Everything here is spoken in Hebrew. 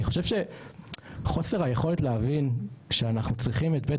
אני חושב שחוסר היכולת להבין שאנחנו צריכים את בית